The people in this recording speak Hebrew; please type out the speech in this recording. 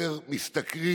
קצרים,